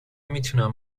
میتونم